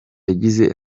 yagize